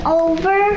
over